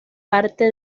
parte